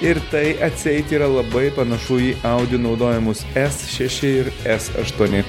ir tai atseit yra labai panašu į audi naudojamus es šešo ir es aštuoni